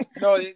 no